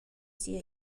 sia